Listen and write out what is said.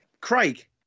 Craig